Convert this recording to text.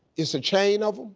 it's a chain of